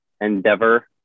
endeavor